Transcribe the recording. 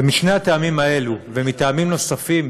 ומשני הטעמים האלו ומטעמים נוספים,